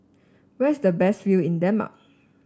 where is the best view in Denmark